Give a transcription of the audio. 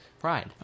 Pride